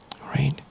right